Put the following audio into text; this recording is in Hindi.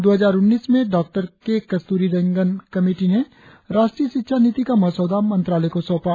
दो हजार उन्नीस में डॉ के कस्तूरीरंगन कमेटी ने राष्ट्रीय शिक्षा नीति का मसौदा मंत्रालय को सौंपा